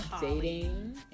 dating